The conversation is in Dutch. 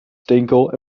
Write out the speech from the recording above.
steenkool